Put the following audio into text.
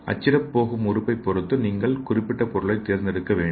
அச்சிடப் போகும் உறுப்பைப் பொறுத்து நீங்கள் குறிப்பிட்ட பொருளைத் தேர்ந்தெடுக்க வேண்டும்